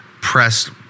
pressed